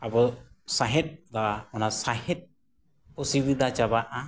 ᱟᱵᱚ ᱥᱟᱦᱮᱫᱼᱟ ᱚᱱᱟ ᱥᱟᱦᱮᱫ ᱚᱥᱩᱵᱤᱫᱟ ᱪᱟᱵᱟᱜᱼᱟ